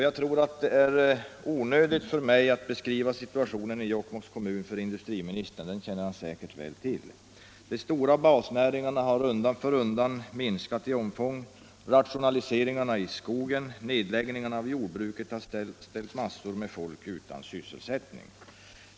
Jag tror att det är onödigt för mig att beskriva situationen i Jokkmokks kommun för industriministern; den känner han säkert väl till. De stora basnäringarna har undan för undan minskat i omfång. Rationaliseringarna i skogen och nedläggningarna av jordbruk har ställt massor av folk utan sysselsättning.